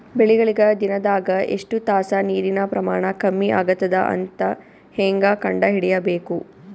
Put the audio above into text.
ಬೆಳಿಗಳಿಗೆ ದಿನದಾಗ ಎಷ್ಟು ತಾಸ ನೀರಿನ ಪ್ರಮಾಣ ಕಮ್ಮಿ ಆಗತದ ಅಂತ ಹೇಂಗ ಕಂಡ ಹಿಡಿಯಬೇಕು?